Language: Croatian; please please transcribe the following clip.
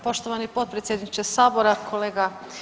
Poštovani potpredsjedniče Sabora, kolega.